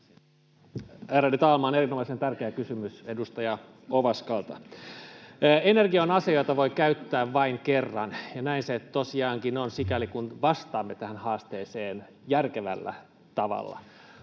Ärade talman! Erinomaisen tärkeä kysymys edustaja Ovaskalta. — Energia on ase, jota voi käyttää vain kerran, ja näin se tosiaankin on, sikäli kuin vastaamme tähän haasteeseen järkevällä tavalla.